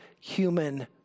human